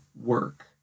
work